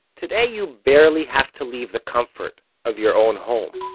today you barely have to leave the comfort of your own home.